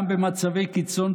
גם במצבי קיצון,